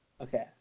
Okay